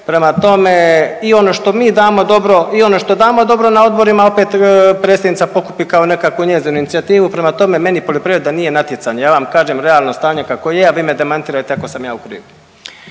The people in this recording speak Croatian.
damo dobro i ono što damo dobro na odborima opet predsjednica pokupi kao nekakvu njezinu inicijativu, prema tome meni poljoprivreda nije natjecanje, ja vam kažem realno stanje kako je, a vi me demantirajte ako sam ja u krivu.